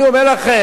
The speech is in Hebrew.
אני אומר לכם,